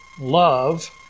love